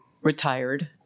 retired